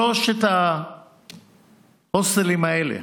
שלושת ההוסטלים האלה,